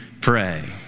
pray